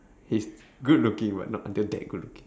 he's good looking but not until that good looking